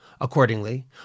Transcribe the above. Accordingly